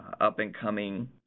up-and-coming